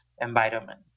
environment